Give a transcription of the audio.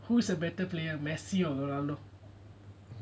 who's a better player messi or ronaldo